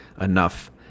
enough